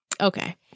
Okay